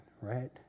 right